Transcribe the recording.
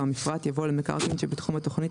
המפרט" יבוא "למקרקעין שבתחום התוכנית,